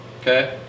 Okay